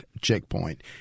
checkpoint